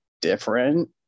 different